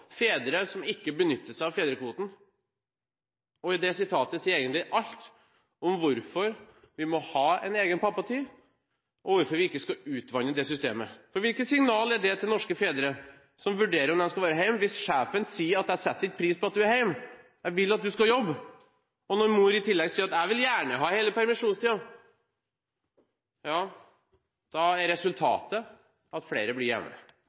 fedre som ikke benyttet seg av fedrekvoten. Den uttalelsen sier egentlig alt om hvorfor vi må ha en egen pappatid, og hvorfor vi ikke skal utvanne det systemet. For hvilket signal er det til norske fedre som vurderer om de skal være hjemme, hvis sjefen sier at jeg setter ikke pris på at du er hjemme, jeg vil at du skal jobbe? I tillegg sier kanskje mor at hun gjerne vil ha hele permisjonstiden. Ja, da er resultatet at flere blir